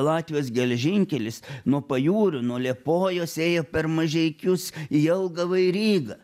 latvijos geležinkelis nuo pajūrio nuo liepojos ėjo per mažeikius į jelgavą ir rygą